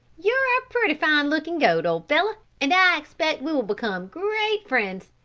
you are a pretty fine looking goat, old fellow, and i expect we will become great friends.